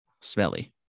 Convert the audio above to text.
smelly